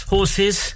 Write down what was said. Horses